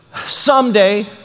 Someday